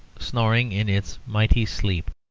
snoring in its mighty sleep.